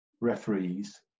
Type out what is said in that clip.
referees